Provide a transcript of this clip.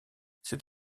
c’est